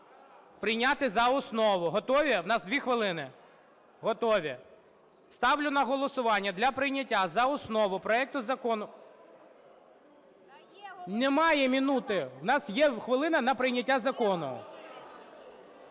Прийняти за основу. Готові? У нас 2 хвилини. Готові. Ставлю на голосування, для прийняття за основу проекту Закону… Немає минути. У нас є хвилина на прийняття закону.